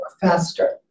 faster